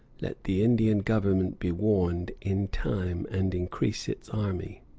let the indian government be warned in time and increase its army.